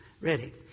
Ready